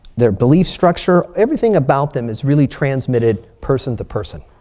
their belief structure, everything about them is really transmitted person to person.